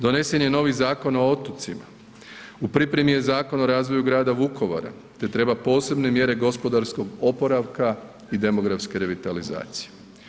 Donesen je novi Zakon o otocima, u pripremi je Zakon o razvoju grada Vukovara te treba posebne mjere gospodarskog oporavka i demografske revitalizacije.